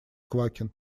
квакин